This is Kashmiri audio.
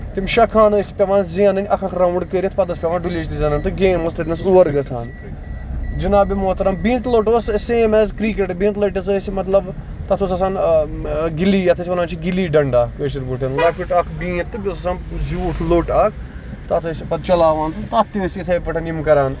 تِم شیٚے کھانہٕ ٲسۍ پیوان زینٕنۍ اکھ اکھ راوُنڈ کٔرِتھ پَتہٕ اوس پیوان دُلِجۍ تہِ زینُن تہٕ گیم ٲسۍ تَتہِ نیس اُور گژھان جِناب محترم بیٚیہِ بینکہِ لوٚٹ اوس سیم ایز کِرکَٹ بینکہِ لٹِسی ٲسۍ مطلب تَتھ اوس آسان گِلی یَتھ أسۍ وَنان چھِ گِلی ڈنڈا کٲشِر پٲٹھۍ لۄکٔٹ اکھ گیٖنت تہٕ بیٚیہِ اوس آسان زیوٗٹھ لوٚٹ اکھ تَتھ ٲسۍ سُہ چلاوان تہٕ تَتھ تہِ ٲسۍ تِتھٕے پٲٹھۍ یِم کران